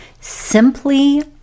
simply